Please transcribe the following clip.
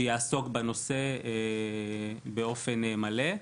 שיעסוק בנושא באופן מלא.